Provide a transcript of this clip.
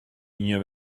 ien